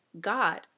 God